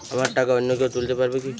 আমার টাকা অন্য কেউ তুলতে পারবে কি?